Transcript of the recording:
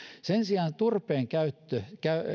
sen sijaan turpeen käyttö